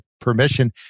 permission